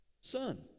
Son